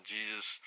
Jesus